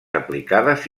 aplicades